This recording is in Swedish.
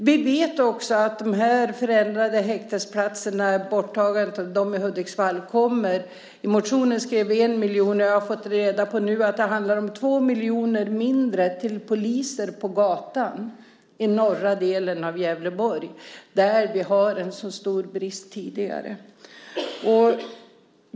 Vi har nu också fått reda på att de förändrade häktesplatserna - borttagandet av dem i Hudiksvall - kommer att innebära att det inte blir 1 miljon, som vi skrev i motionen, utan 2 miljoner mindre till poliser på gatan i norra delen av Gävleborg, där vi har en så stor brist tidigare.